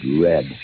red